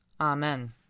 Amen